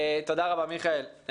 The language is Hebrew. תודה רבה, מיכאל.